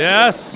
Yes